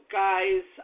guys